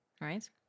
right